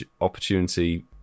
opportunity